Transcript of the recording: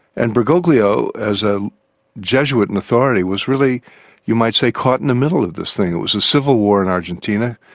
and bergoglio, as a jesuit in authority, was a really you might say caught in the middle of this thing. it was a civil war in argentina,